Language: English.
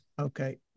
Okay